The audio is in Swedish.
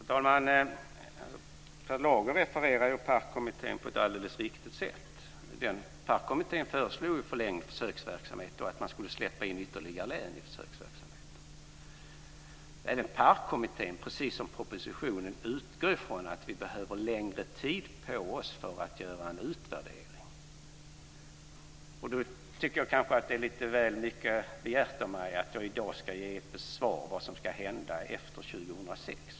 Fru talman! Per Lager refererar PARK på ett alldeles riktigt sätt. PARK föreslog ju en förlängd försöksverksamhet och att man skulle släppa in ytterligare län i försöksverksamheten. Man utgår både i PARK och i propositionen från att vi behöver längre tid på oss för att göra en utvärdering. Då tycker jag att det är lite väl mycket begärt av mig att jag i dag ska ge ett svar på vad som ska hända efter 2006.